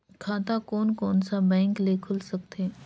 खाता कोन कोन सा बैंक के खुल सकथे?